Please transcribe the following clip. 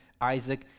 Isaac